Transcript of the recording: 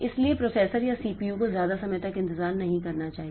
इसलिए प्रोसेसर या सीपीयू को ज्यादा समय तक इंतजार नहीं करना चाहिए